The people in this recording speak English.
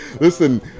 Listen